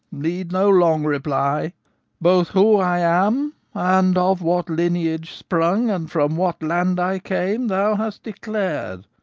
need no long reply both who i am and of what lineage sprung, and from what land i came, thou hast declared.